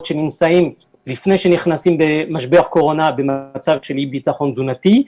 שנמצאות לפני משבר הקורונה במצב של אי ביטחון תזונתי.